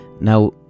Now